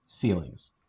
feelings